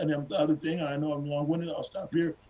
and um another thing i know i'm long winded, i will stop here.